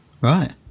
right